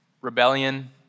Rebellion